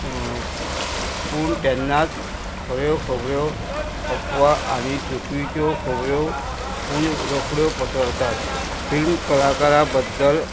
पूण तेन्नाच खऱ्यो खबऱ्यो अफवा आनी चुकीच्यो खोबऱ्यो पूण रोकड्यो पसरतात फिल्म कलाकारा बद्दल